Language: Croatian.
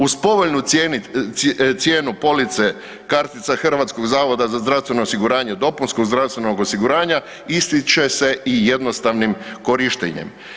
Uz povoljnu cijenu police kartica Hrvatskog zavoda za zdravstveno osiguranje, dopunskog zdravstvenog osiguranja ističe se i jednostavnim korištenjem.